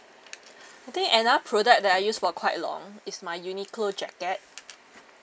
I think another product that I use for quite long is my Uniqlo jacket